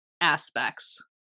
aspects